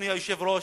אדוני היושב-ראש,